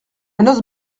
noce